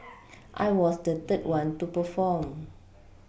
I was the third one to perform